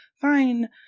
fine